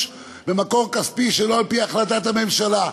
במקור כספי שלא על-פי החלטת הממשלה.